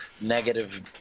negative